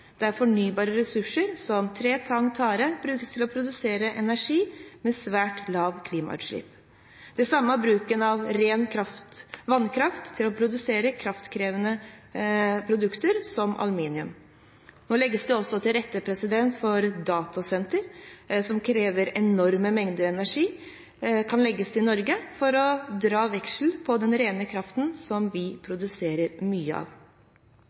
bioøkonomien, der fornybare ressurser som tre, tang og tare brukes til å produsere energi med svært lave klimautslipp. Det samme er bruken av ren vannkraft til å produsere kraftkrevende produkter som aluminium. Nå legges det også til rette for at datasentre, som krever enorme mengder energi, kan legges til Norge for å dra veksel på den rene kraften som vi produserer mye av.